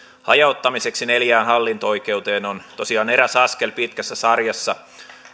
hajauttamiseksi neljään hallinto oikeuteen on tosiaan eräs askel pitkässä sarjassa